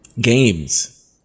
Games